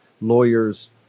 lawyers